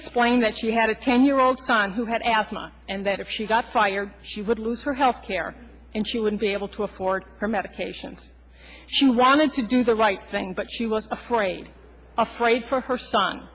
explained that she had a ten year old son who had as much and that if she got fired she would lose her health care and she wouldn't be able to afford her medications she wanted to do the right thing but she was afraid afraid for her son